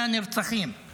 168 נרצחים בחברה הערבית.